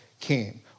came